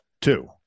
two